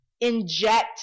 inject